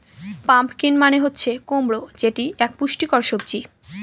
pumpkin মানে হচ্ছে কুমড়ো যেটি এক পুষ্টিকর সবজি